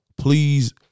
Please